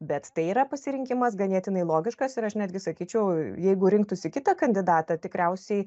bet tai yra pasirinkimas ganėtinai logiškas ir aš netgi sakyčiau jeigu rinktųsi kitą kandidatą tikriausiai